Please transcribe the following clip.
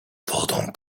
wodą